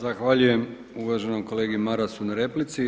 Zahvaljujem uvaženom kolegi Marasu na replici.